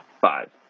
Five